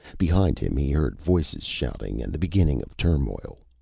behind him he heard voices shouting and the beginning of turmoil.